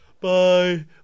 Bye